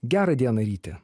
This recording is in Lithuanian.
gerą dieną ryti